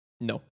No